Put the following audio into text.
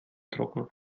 trocken